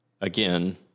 Again